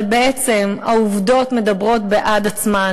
אבל בעצם העובדות מדברות בעד עצמן.